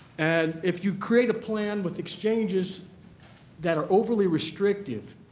and if you create a plan with exchanges that are overly restrictive,